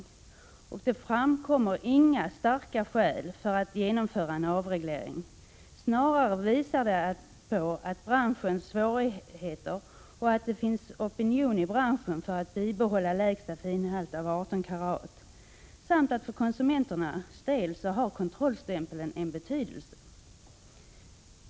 Det har inte framkommit några starka skäl för ett genomförande av en avreglering, snarare påvisas att branschen har svårigheter, att det finns en opinion i branschen för ett bibehållande av en lägsta finhalt av 18 karat samt att kontrollstämpeln har betydelse för konsumenternas del.